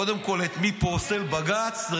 קודם כול, את מי פוסל בג"ץ?